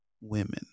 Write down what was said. women